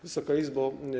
Wysoka Izbo!